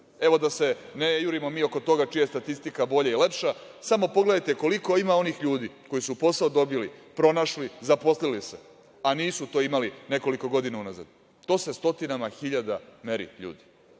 Evo, da se ne jurimo mi oko toga čija je statistika bolja i lepša, samo pogledajte koliko ima onih ljudi koji su posao dobili, pronašli, zaposlili se, a nisu to imali nekoliko godina unazad. To se stotinama hiljada meri.